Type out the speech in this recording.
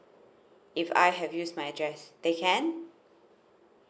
if I have used my address they can